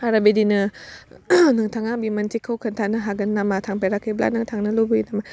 आरो बिदिनो नोंथाङा बिमोनथिखौ खोथानो हागोन नामा थांफेराखैब्ला नों थांनो लुगैदों नामा